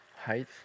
height